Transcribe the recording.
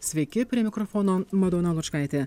sveiki prie mikrofono madona lučkaitė